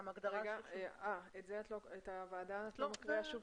את הגדרת "הוועדה" את לא מקריאה שוב.